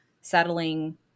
settling